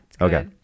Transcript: Okay